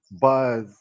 buzz